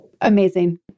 Amazing